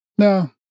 No